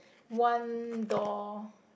one door